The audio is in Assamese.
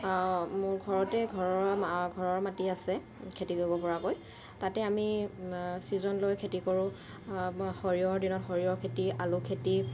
মোৰ ঘৰতে ঘৰৰ ঘৰৰ মাটি আছে খেতি কৰিব পৰাকৈ তাতে আমি ছিজন লৈ খেতি কৰোঁ সৰিয়হৰ দিনত সৰিয়হ খেতি আলু খেতি